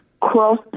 cross